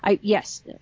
Yes